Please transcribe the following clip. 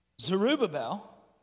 Zerubbabel